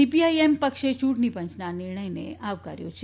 CPIM પક્ષે ચૂંટણી પંચના આ નિર્ણયને આવકાર્યો છે